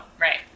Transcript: Right